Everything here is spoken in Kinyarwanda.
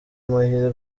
amahirwe